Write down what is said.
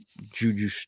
Juju